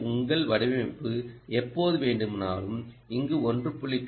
எனவே உங்கள் வடிவமைப்பு எப்போது வேண்டுமானாலும் இங்கே 1